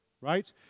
right